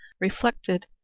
reflected